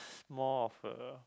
more of uh